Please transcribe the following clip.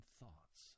thoughts